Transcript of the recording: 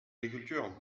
l’agriculture